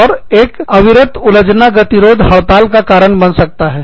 और एक अविरत उलझना गतिरोध हड़ताल का कारण बन सकता है